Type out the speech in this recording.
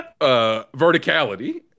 verticality